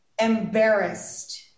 embarrassed